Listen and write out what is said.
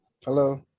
Hello